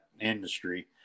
industry